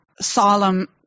solemn